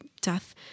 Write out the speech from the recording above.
death